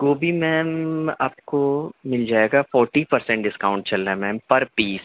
گوبھی میم آپ کو مِل جائے گا فورٹی پرسینٹ ڈسکاؤنٹ چل رہا ہے میم پر پیس